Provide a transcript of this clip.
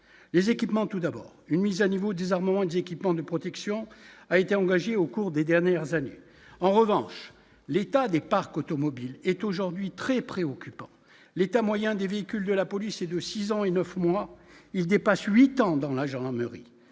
les équipements tout d'abord une mise à niveau des armements ils équipements de protection a été engagée au cours des dernières années, en revanche, l'état des parcs automobiles est aujourd'hui très préoccupant l'état moyen, des véhicules de la police et de 6 ans et 9 mois, il dépasse 8 ans dans la gendarmerie